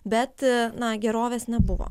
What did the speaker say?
bet na gerovės nebuvo